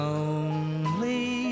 Lonely